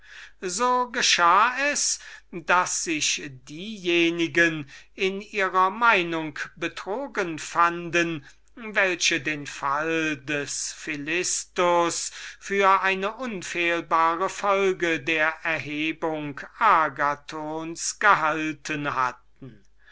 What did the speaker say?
so geschah es daß sich diejenige in ihrer meinung betrogen fanden welche den fall des philistus für eine unfehlbare folge der erhebung agathons gehalten hatten